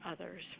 others